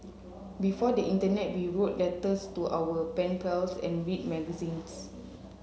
before the internet we wrote letters to our pen pals and read magazines